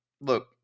look